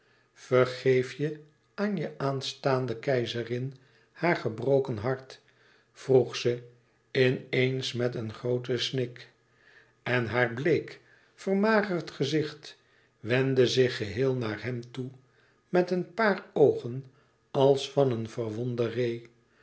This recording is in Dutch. vergeef je aan je aanstaande keizerin haar gebroken hart vroeg ze in eens met een grooten snik en haar bleek vermagerd gezicht wendde zich geheel naar hem toe met een paar oogen als van een